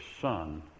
Son